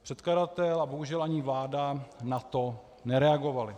Předkladatel a bohužel ani vláda na to nereagovali.